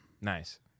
Nice